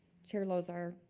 chair lozar,